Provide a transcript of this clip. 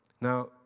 now